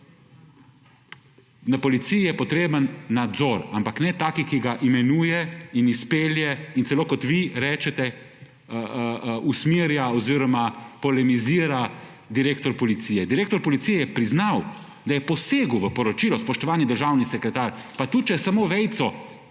Na policiji je potreben nadzor, ampak ne tak, ki ga imenuje in izpelje in celo kot vi rečete, usmerja oziroma polemizira direktor policije. Direktor policije je priznal, da je posegel v poročilo, spoštovani državni sekretar, pa tudi če je samo vejico